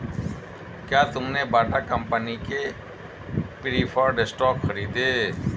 क्या तुमने Bata company के प्रिफर्ड स्टॉक खरीदे?